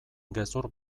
gezur